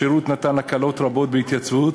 השירות נתן הקלות רבות בהתייצבות